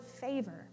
favor